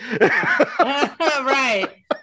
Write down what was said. Right